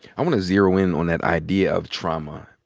i wanna zero in on that idea of trauma.